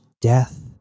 death